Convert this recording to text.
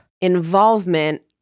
involvement